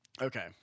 okay